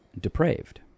depraved